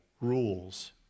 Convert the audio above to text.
rules